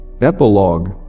Epilogue